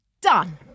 done